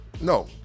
no